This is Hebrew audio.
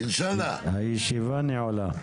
הישיבה נעולה.